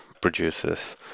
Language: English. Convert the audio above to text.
producers